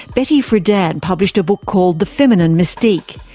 betty friedan published a book called the feminine mystique.